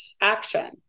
action